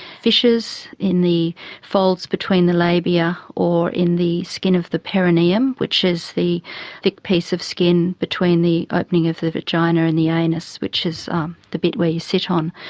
fissures in the folds between the labia or in the skin of the perineum, which is the thick piece of skin between the opening of the vagina and the anus, which is um the bit where you sit on,